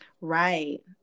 Right